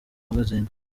magazine